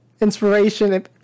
inspiration